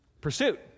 Pursuit